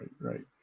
Right